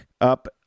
up